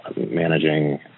managing